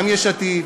גם יש עתיד,